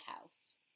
house